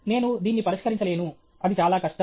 నేను దీన్ని పరిష్కరించలేను అది చాలా కష్టం